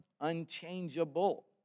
Unchangeable